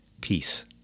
Peace